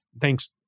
thanks